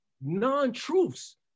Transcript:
non-truths